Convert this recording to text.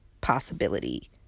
possibility